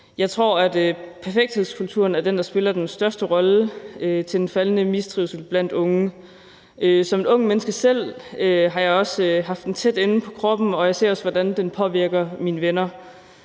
Jeg tror, at perfekthedskulturen er det, der spiller den største rolle for den faldende trivsel blandt unge, og som ungt menneske har jeg selv haft den tæt inde på kroppen, og jeg ser også, hvordan den påvirker mine venner.